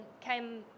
came